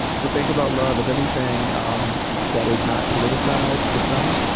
to think about love as anything um that is not politicized, for some,